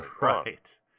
Right